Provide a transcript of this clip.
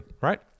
right